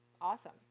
Awesome